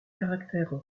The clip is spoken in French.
caractères